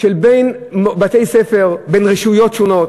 בין בתי-ספר, בין רשויות שונות,